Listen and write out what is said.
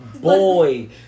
Boy